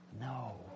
no